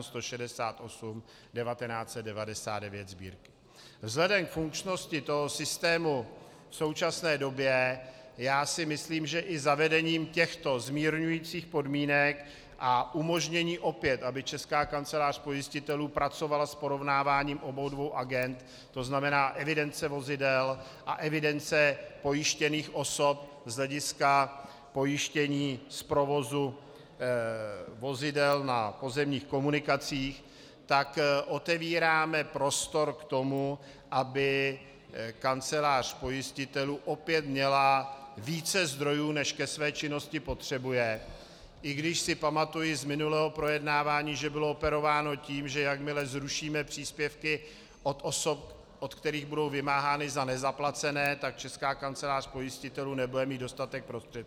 Vzhledem k funkčnosti toho systému v současné době já si myslím, že i zavedením těchto zmírňujících podmínek a umožnění opět, aby Česká kancelář pojistitelů pracovala s porovnáváním obou dvou agend, to znamená evidence vozidel a evidence pojištěných osob z hlediska pojištění z provozu vozidel na pozemních komunikacích, tak otevíráme prostor k tomu, aby Kancelář pojistitelů opět měla více zdrojů, než ke své činnosti potřebuje, i když si pamatuji z minulého projednávání, že bylo operováno tím, že jakmile zrušíme příspěvky od osob, od kterých budou vymáhány za nezaplacené, tak Česká kancelář pojistitelů nebude mít dostatek prostředků.